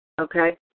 Okay